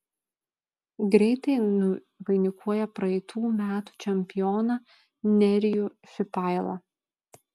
greitai nuvainikuoja praeitų metų čempioną nerijų šipailą